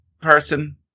person